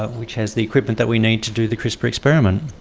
ah which has the equipment that we need to do the crispr experiment.